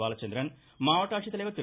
பாலச்சந்திரன் மாவட்ட ஆட்சித்தலைவர் திரு